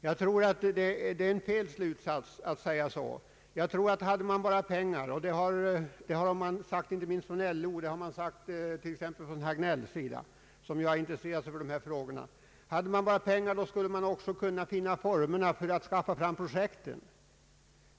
Det är enligt min mening en felaktig slutsats. Fanns det bara pengar — det har LO sagt liksom herr Hagnell, som har intresserat sig för dessa frågor — då kun de man också finna former för att skaffa fram projekten.